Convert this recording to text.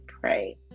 pray